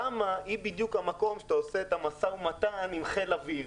התמ"א היא בדיוק המקום בו אתה עושה את המשא ומתן עם חיל האוויר